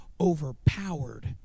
overpowered